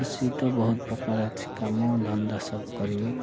କୃଷି ତ ବହୁତ ପ୍ରକାର ଅଛି କାମ ଧନ୍ଦା ସବୁ କରିବି